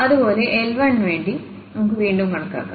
അതുപോലെ L1വേണ്ടി നമുക്ക് വീണ്ടും കണക്കാക്കാം